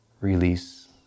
release